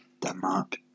Denmark